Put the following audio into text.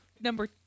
number